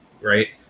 right